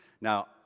Now